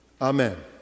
Amen